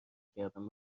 کردم